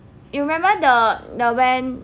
you remember the the when